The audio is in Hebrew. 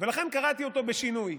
ולכן קראתי אותו בשינוי,